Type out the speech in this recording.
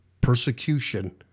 persecution